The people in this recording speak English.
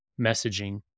messaging